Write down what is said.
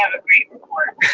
a great report.